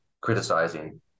criticizing